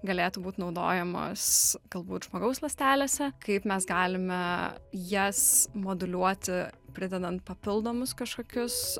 galėtų būt naudojamos galbūt žmogaus ląstelėse kaip mes galime jas moduliuoti pridedant papildomus kažkokius